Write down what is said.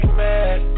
mad